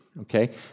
okay